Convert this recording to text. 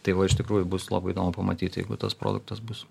tai va iš tikrųjų bus labai įdomu pamatyti jeigu tas produktas bus